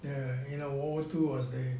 yeah you know world war two was the